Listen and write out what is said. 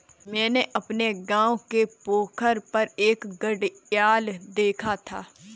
मैंने अपने गांव के पोखर पर एक घड़ियाल देखा था